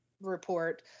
report